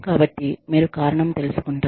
కాబట్టి మీరు కారణం తెలుసుకుంటారు